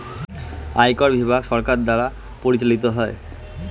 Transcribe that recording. আয়কর বিভাগ সরকার দ্বারা পরিচালিত হয়